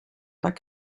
pas